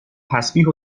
تسبیح